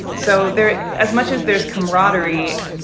so they're as much as there's camaraderie.